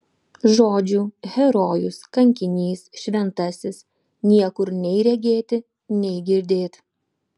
žodžių herojus kankinys šventasis niekur nei regėti nei girdėt